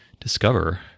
discover